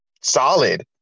solid